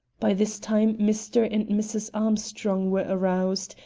by this time mr. and mrs. armstrong were aroused,